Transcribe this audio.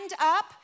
up